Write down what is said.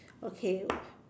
okay